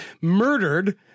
murdered